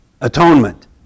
Atonement